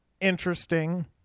interesting